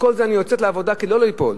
אני יוצאת לעבודה כדי לא ליפול.